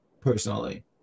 personally